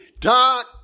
dark